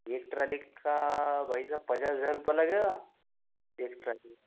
एक ट्रेडिक्ट भाई साहब पचास हज़ार रुपये लगेगा एक ट्राली का